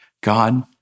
God